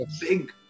big